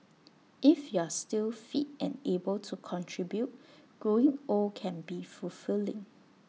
if you're still fit and able to contribute growing old can be fulfilling